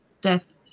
death